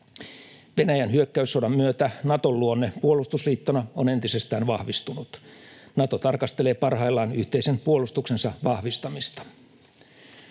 Venäjän hyökkäyssodan myötä Naton luonne puolustusliittona on entisestään vahvistunut. Nato tarkastelee parhaillaan yhteisen puolustuksensa vahvistamista.